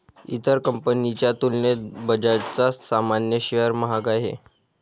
इतर कंपनीच्या तुलनेत बजाजचा सामान्य शेअर महाग आहे